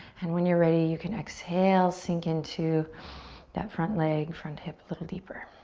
and when you're ready, you can exhale, sink into that front leg, front hip a little deeper.